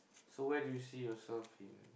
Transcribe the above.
so where do you see yourself in